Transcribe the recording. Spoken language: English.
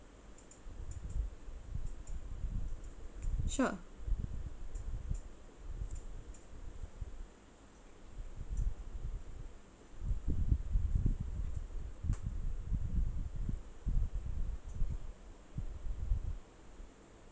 sure